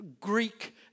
Greek